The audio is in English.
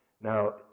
Now